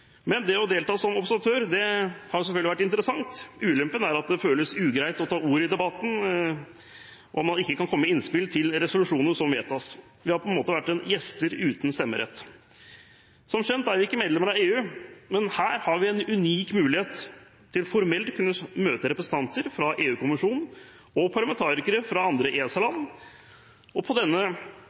delta som observatør har selvfølgelig vært interessant. Ulempen er at det føles ugreit å ta ordet i debatten når man ikke kan komme med innspill til resolusjonene som vedtas. Vi har på en måte vært gjester uten stemmerett. Som kjent er vi ikke medlem av EU, men her har vi en unik mulighet til formelt å kunne møte representanter fra EU-kommisjonen og parlamentarikere fra andre ESA-land, og på